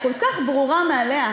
היא כל כך ברורה מאליה,